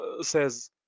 says